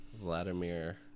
Vladimir